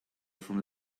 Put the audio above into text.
from